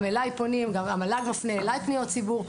גם המל"ג מפנה אלי פניות ציבור.